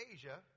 Asia